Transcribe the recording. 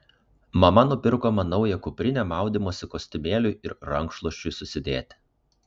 mama nupirko man naują kuprinę maudymosi kostiumėliui ir rankšluosčiui susidėti